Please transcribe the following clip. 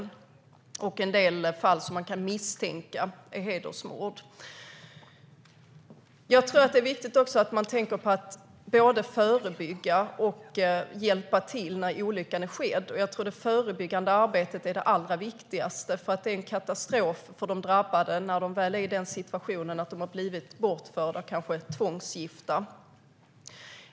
Dessutom finns en del fall som man kan misstänka är hedersmord. Det är viktigt att tänka på att både förebygga och hjälpa till när skadan är skedd. Det förebyggande arbetet tror jag är det allra viktigaste. För de drabbade är det en katastrof när de väl är i den situationen att de blivit bortförda och kanske tvångsgifta.